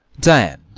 dian,